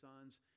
sons